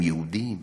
הם יהודים?